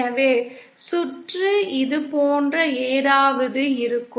எனவே சுற்று இது போன்ற ஏதாவது இருக்கும்